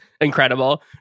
incredible